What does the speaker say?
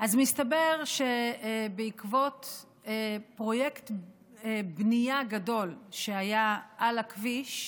מסתבר שבעקבות פרויקט בנייה גדול שהיה על הכביש,